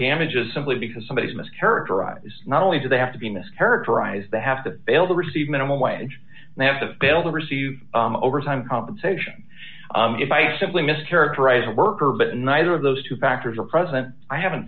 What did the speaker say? damages simply because somebody is mis characterized as not only do they have to be mischaracterized they have to fail to receive minimum wage massive bail or receive overtime compensation if i simply mischaracterize the worker but neither of those two factors are present i haven't